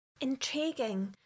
Intriguing